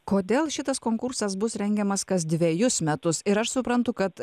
kodėl šitas konkursas bus rengiamas kas dvejus metus ir aš suprantu kad